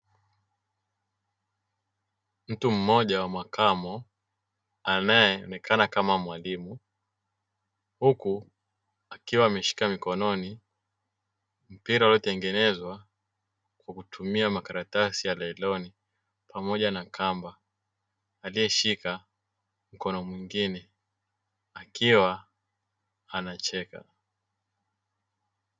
Mtu mmoja wa makamo anae onekana kama mwalimu; huku akiwa ameshika mikononi mpira uliotengenezwa kwa kutumia makaratasi ya nailoni pamoja na kamba, aliyeshika mkono mwingine akiwa anacheka.